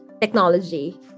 technology